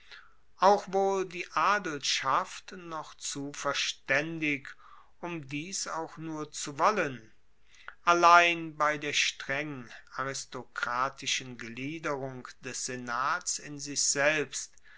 auch wohl die adelschaft noch zu verstaendig um dies auch nur zu wollen allein bei der streng aristokratischen gliederung des senats in sich selbst